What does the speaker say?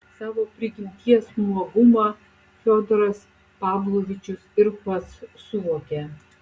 savo prigimties nuogumą fiodoras pavlovičius ir pats suvokė